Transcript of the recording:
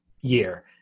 year